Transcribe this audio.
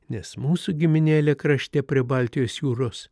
nes mūsų giminėlė krašte prie baltijos jūros